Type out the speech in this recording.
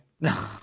No